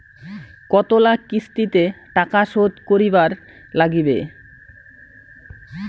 কতোলা কিস্তিতে টাকা শোধ করিবার নাগীবে?